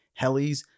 helis